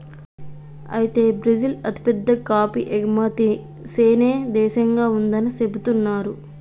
అయితే బ్రిజిల్ అతిపెద్ద కాఫీ ఎగుమతి సేనే దేశంగా ఉందని సెబుతున్నారు